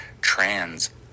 trans